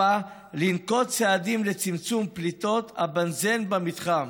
4. לנקוט צעדים לצמצום פליטות הבנזן במתחם.